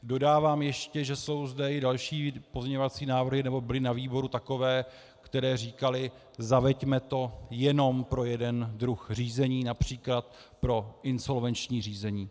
Dodávám ještě, že jsou zde i další pozměňovací návrhy, nebo byly na výboru takové, které říkaly: zaveďme to jenom pro jeden druh řízení, např. pro insolvenční řízení.